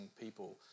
people